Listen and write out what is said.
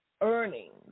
earnings